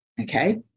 Okay